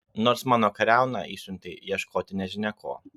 nors mano kariauną išsiuntei ieškoti nežinia ko